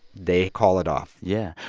they call it off yeah.